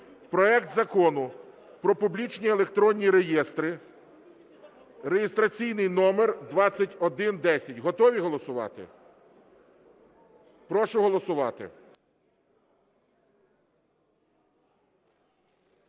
проект Закону про публічні електронні реєстри (реєстраційний номер 2110). Готові голосувати? Прошу голосувати.